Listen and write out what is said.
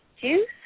juice